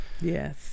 Yes